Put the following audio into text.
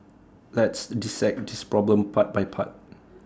let's dissect this problem part by part